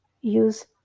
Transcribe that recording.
use